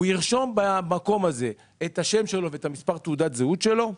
הוא ירשום במקום הזה את השם שלו ואת מספר תעודת הזהות שלו,